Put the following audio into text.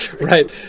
right